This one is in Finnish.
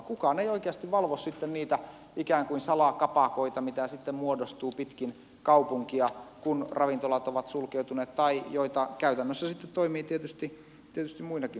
kukaan ei oikeasti valvo sitten niitä ikään kuin salakapakoita mitä sitten muodostuu pitkin kaupunkia kun ravintolat ovat sulkeutuneet tai joita käytännössä toimii tietysti muinakin aikoina